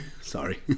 Sorry